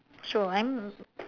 so I'm